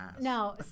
No